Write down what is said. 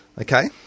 Okay